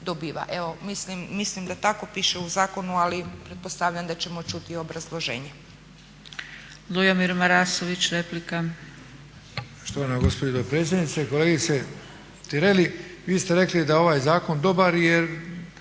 Evo mislim da tako piše u zakonu, ali pretpostavljam da ćemo čuti i obrazloženje.